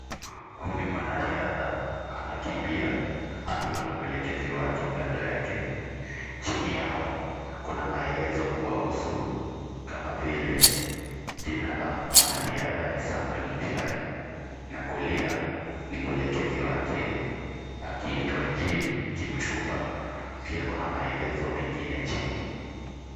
Huyu ni mwanariadha anakimbia akiwa na mwelekezi wake kando yake. Chini yao kuna maelezo kuwahusu kama vile jina la mwanariadha ni Samuel Muchai na kulia ni mwelekezi wake akiitwa Jean kipchumba. Pia kuna maelezo mengine chini.